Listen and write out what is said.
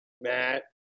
Matt